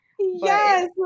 Yes